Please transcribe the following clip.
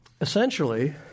essentially